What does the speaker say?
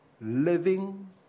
living